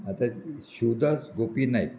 आतां शिवदास गोपी नायक